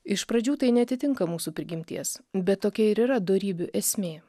iš pradžių tai neatitinka mūsų prigimties bet tokia ir yra dorybių esmė